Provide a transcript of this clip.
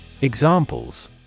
Examples